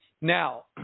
Now